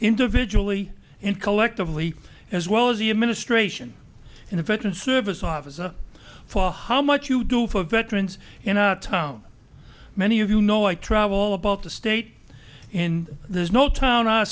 individually and collectively as well as the administration and the veterans service officer for how much you do for veterans you know tom many of you know i travel about the state in there's no town